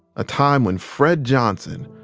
a time when fred johnson,